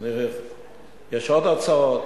יש עוד הצעות,